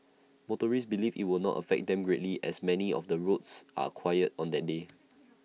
motorists believe IT will not affect them greatly as many of the roads are quiet on that day